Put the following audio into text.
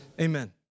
Amen